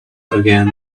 again